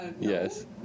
Yes